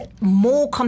more